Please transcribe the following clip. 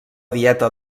dieta